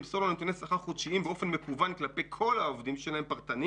למסור לו נתוני שכר חודשיים באופן מקוון לכל העובדים שלהם באופן פרטני